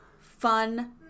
fun